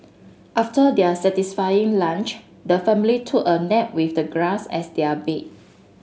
after their satisfying lunch the family took a nap with the grass as their bed